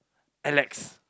Alex